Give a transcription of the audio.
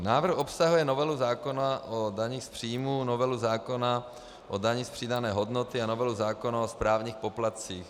Návrh obsahuje novelu zákona o dani z příjmů, novelu zákona o dani z přidané hodnoty a novelu zákona o správních poplatcích.